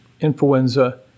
influenza